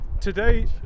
Today